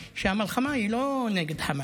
שהמלחמה היא לא נגד חמאס,